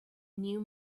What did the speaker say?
new